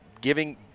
giving